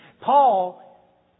Paul